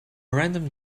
random